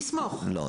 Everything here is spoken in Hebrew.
לא.